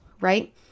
right